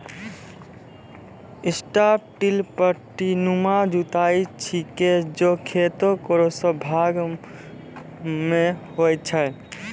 strip till पट्टीनुमा जुताई छिकै जे खेतो केरो सब भाग म नै होय छै